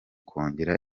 kongera